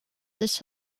this